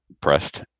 pressed